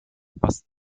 was